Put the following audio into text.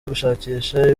gushakisha